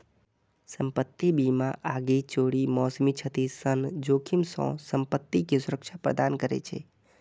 संपत्ति बीमा आगि, चोरी, मौसमी क्षति सन जोखिम सं संपत्ति कें सुरक्षा प्रदान करै छै